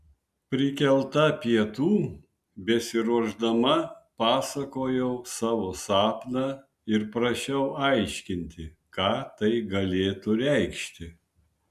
prikelta pietų besiruošdama pasakojau savo sapną ir prašiau aiškinti ką tai galėtų reikšti